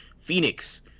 Phoenix